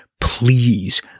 please